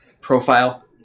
profile